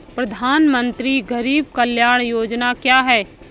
प्रधानमंत्री गरीब कल्याण योजना क्या है?